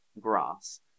grass